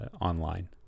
online